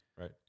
Right